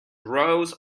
rows